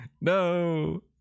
No